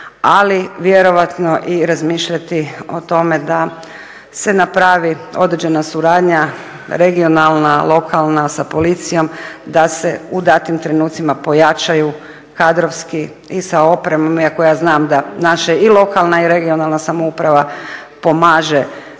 ali vjerovatno i razmišljati o tome da se napravi određena suradnja regionalna, lokalna sa policijom da se u datim trenucima pojačaju kadrovski i sa opremom, iako ja znam da naša i lokalna i regionalna samouprava pomaže našu policijsku